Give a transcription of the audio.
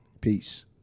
Peace